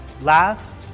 last